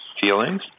feelings